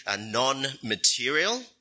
non-material